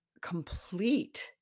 complete